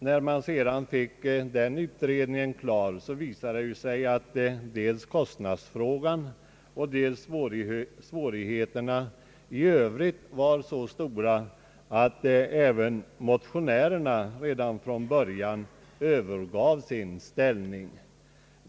När utredningen sedan blev klar visade det sig dels att kostnadsfrågan var så besvärlig och dels att svårigheterna i Övrigt var så stora att även motionärerna redan på ett tidigt stadium övergav sin ställning.